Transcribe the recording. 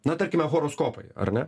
na tarkime horoskopai ar ne